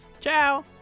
ciao